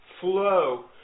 flow